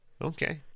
Okay